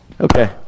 Okay